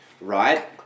right